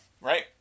right